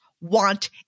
want